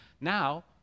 now